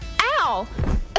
Ow